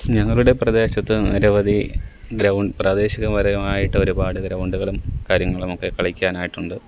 ഞങ്ങളുടെ പ്രദേശത്ത് നിരവധി ഗ്രൗണ്ട് പ്രാദേശികപരമായിട്ട് ഒരുപാട് ഗ്രൗണ്ടുകളും കാര്യങ്ങളുമൊക്കെ കളിക്കാനായിട്ടുണ്ട്